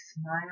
smile